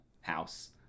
house